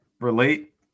relate